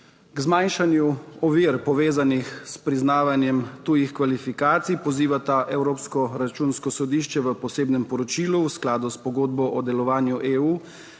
K zmanjšanju ovir, povezanih s priznavanjem tujih kvalifikacij, pozivata Evropsko računsko sodišče v posebnem poročilu v skladu s pogodbo o delovanju EU,